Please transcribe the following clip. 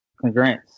congrats